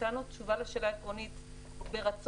ונתנו תשובה לשאלה עקרונית ברצון,